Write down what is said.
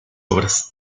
obras